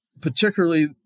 particularly